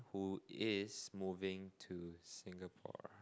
who is moving to Singapore